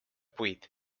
puid